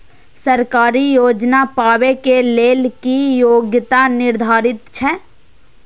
सरकारी योजना पाबे के लेल कि योग्यता निर्धारित छै?